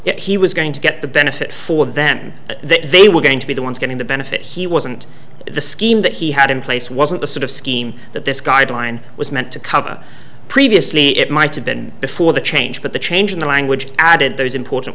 that he was going to get the benefit for then that they were going to be the ones getting the benefit he wasn't the scheme that he had in place wasn't the sort of scheme that this guideline was meant to cover previously it might have been before the change but the change in the language added there is important